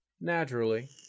Naturally